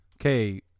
Okay